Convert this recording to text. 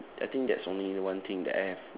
I think that's only one thing that I have